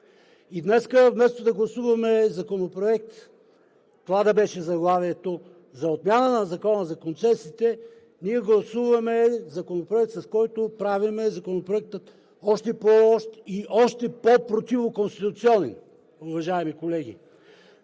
И днес, вместо да гласуваме Законопроект – това да беше заглавието – за отмяна на Закона за концесиите, ние гласуваме Законопроект, с който правим Законопроекта още по-лош, и още по-противоконституционен, уважаеми колеги.